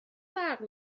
برق